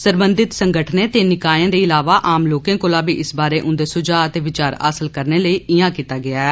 सरबंधित संगठनें ते निकाएं दे इलावा आम लोकें कोला बी इस बारे उन्दे सुझाव ते विचार हासल करने लेई इयां कीता गेआ ऐ